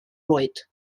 oed